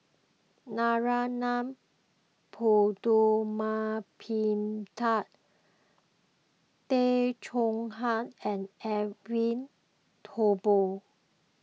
Narana Putumaippittan Tay Chong Hai and Edwin Thumboo